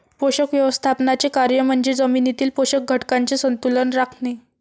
पोषक व्यवस्थापनाचे कार्य म्हणजे जमिनीतील पोषक घटकांचे संतुलन राखणे